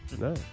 No